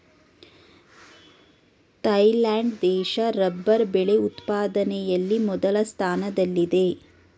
Thailand ದೇಶ rubber ಬೆಳೆ ಉತ್ಪಾದನೆಯಲ್ಲಿ ಮೊದಲ ಸ್ಥಾನದಲ್ಲಿದೆ